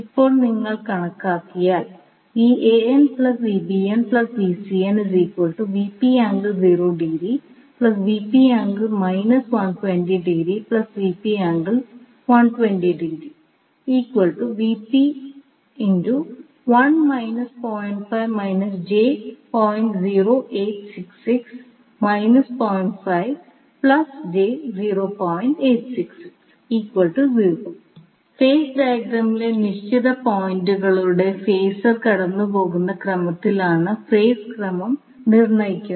ഇപ്പോൾ നിങ്ങൾ കണക്കാക്കിയാൽ ഫേസ് ഡയഗ്രാമിലെ നിശ്ചിത പോയിന്റിലൂടെ ഫേസർ കടന്നുപോകുന്ന ക്രമത്തിലാണ് ഫേസ് ക്രമം നിർണ്ണയിക്കുന്നത്